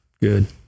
good